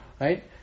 right